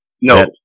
no